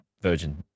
Virgin